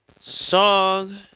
song